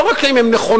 לא רק אם הן נכונות,